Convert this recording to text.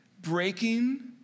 breaking